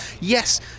yes